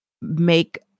make